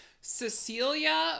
Cecilia